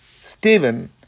Stephen